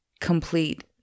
complete